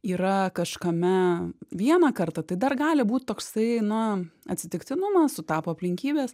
yra kažkame vieną kartą tai dar gali būt toksai na atsitiktinumas sutapo aplinkybės